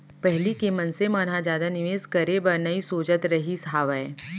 पहिली के मनसे मन ह जादा निवेस करे बर नइ सोचत रहिस हावय